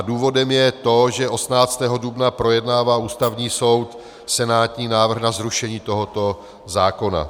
Důvodem je to, že 18. dubna projednává Ústavní soud senátní návrh na zrušení tohoto zákona.